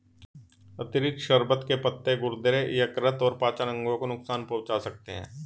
अतिरिक्त शर्बत के पत्ते गुर्दे, यकृत और पाचन अंगों को नुकसान पहुंचा सकते हैं